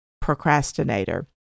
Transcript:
procrastinator